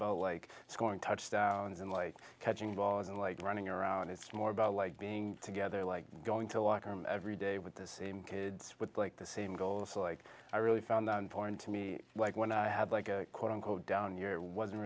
about like it's going touchdowns and like catching balls and like running around it's more about like being together like going to walk home every day with the same kids with like the same goal it's like i really found that important to me like when i had like a quote unquote down year wasn't